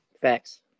Facts